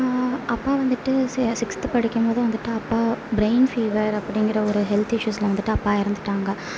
அப்பா வந்துட்டு சிக்ஸ்த்து படிக்கும் போது வந்துட்டு அப்பா பிரைன் ஃபீவர் அப்படிங்கிற ஒரு ஹெல்த் இஷ்யூஸில் வந்துட்டு அப்பா இறந்துட்டாங்க ஸோ